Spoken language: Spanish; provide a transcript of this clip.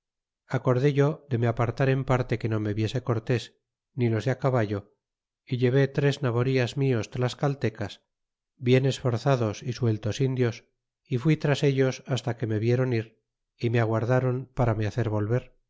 acordó yo de me apartar en parte que no me viese cortés ni los de fi caballo y llevé tres naborias mios tlascalcaltecas bien esforzados é sueltos indios y fui tras ellos hasta que me vieron ir y me aguardron para me hacer volver